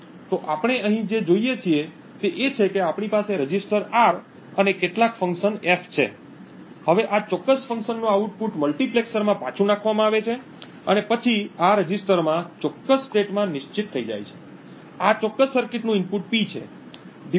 તો આપણે અહીં જે જોઈએ છે તે એ છે કે આપણી પાસે રજિસ્ટર R અને કેટલાક ફંક્શન F છે હવે આ ચોક્કસ ફંક્શનનું આઉટપુટ મલ્ટીપ્લેક્સરમાં પાછું નાખવામાં આવે છે અને પછી આ રજિસ્ટરમાં ચોક્કસ સ્ટેટમાં નિશ્ચિત થઈ જાય છે આ ચોક્કસ સર્કિટનું ઇનપુટ P છે